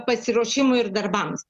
pasiruošimui ir darbams